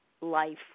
life